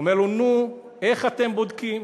אומר לו: נו, איך אתם בודקים?